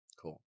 Cool